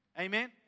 Amen